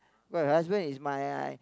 her husband is my I